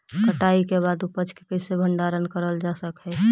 कटाई के बाद उपज के कईसे भंडारण करल जा सक हई?